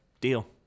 deal